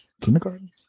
kindergarten